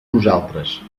nosaltres